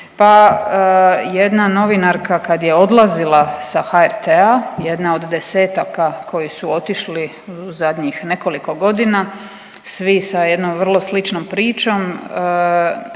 Pa jedna novinarka kad je odlazila sa HRT-a, jedna od desetaka koji su otišli u zadnjih nekoliko godina, svi sa jednom vrlo sličnom pričom,